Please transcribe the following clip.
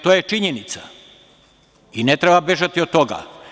To je činjenica i ne treba bežati od toga.